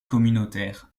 communautaire